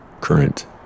current